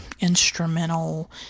instrumental